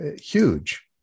huge